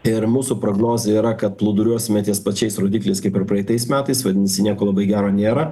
ir mūsų prognozė yra kad plūduriuosime ties pačiais rodiklis kaip ir praeitais metais vadinasi nieko labai gero nėra